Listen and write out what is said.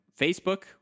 Facebook